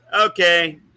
okay